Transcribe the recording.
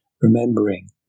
Remembering